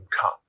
come